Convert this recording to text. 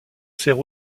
sert